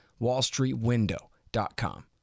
Wallstreetwindow.com